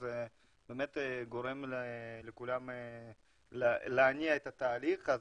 אז זה גורם לכולם להניע את התהליך.